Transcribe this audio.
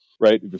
right